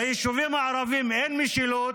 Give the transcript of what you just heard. ביישובים הערביים אין משילות,